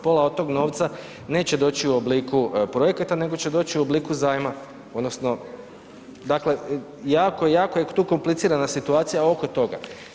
Pola od tog novca neće doći u obliku projekata nego će doći u obliku zajma, odnosno, dakle, jako, jako je tu komplicirana situacija oko toga.